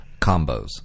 Combos